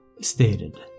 stated